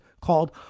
called